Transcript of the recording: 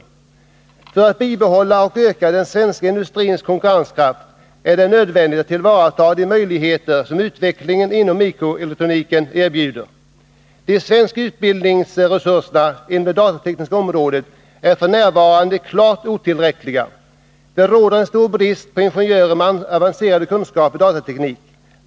För att man skall kunna bibehålla och öka den svenska industrins konkurrenskraft är det nödvändigt att tillvarata de möjligheter som utvecklingen inom mikroelektroniken erbjuder. De svenska utbildningsresurserna inom det datatekniska området är f. n. klart otillräckliga. Det råder en stor brist på ingenjörer med avancerade kunskaper i datateknik.